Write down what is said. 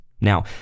Now